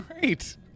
great